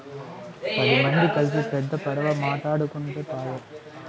పది మంది కల్సి పెద్ద పడవ మాటాడుకుంటే పాయె